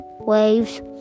waves